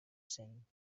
cent